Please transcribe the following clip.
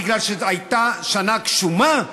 בגלל שהייתה שנה גשומה,